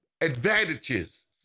advantages